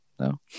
No